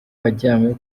wajyanywe